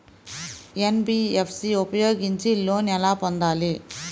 NBFC ఉపయోగించి loan ఎలా పొందాలి?